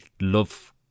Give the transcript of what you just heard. love